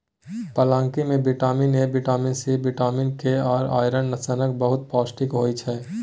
पलांकी मे vitamin A, vitamin C, vitamin K आ आइरन सनक बहुत पौष्टिक होइ छै